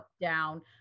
down